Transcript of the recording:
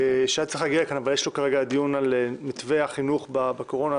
שהיה צריך להגיע לכאן אבל יש לו כעת דיון על מתווה החינוך בזמן הקורונה,